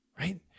right